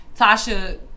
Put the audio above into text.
Tasha